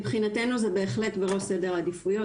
מבחינתנו זה בהחלט בראש סדר העדיפויות